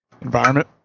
environment